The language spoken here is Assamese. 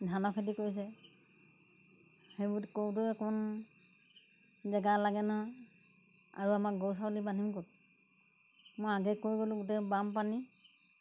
ধানৰ খেতি কৰিছে সেইবোৰ কৰোঁতেও একোণ জেগা লাগে ন আৰু আমাৰ গৰু ছাগলী বান্ধিম ক'ত মই আগেই কৈ গ'লো গোটেই বানপানী